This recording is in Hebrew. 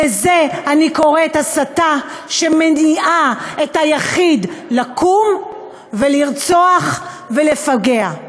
לזה אני קוראת הסתה שמניעה את היחיד לקום ולרצוח ולפגע.